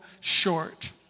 short